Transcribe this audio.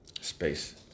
Space